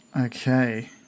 okay